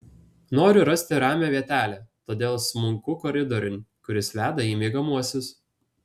noriu rasti ramią vietelę todėl smunku koridoriun kuris veda į miegamuosius